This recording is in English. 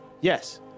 Yes